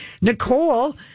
Nicole